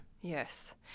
Yes